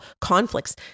conflicts